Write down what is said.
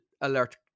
alert